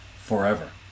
forever